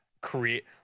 create